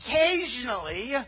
occasionally